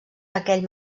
aquell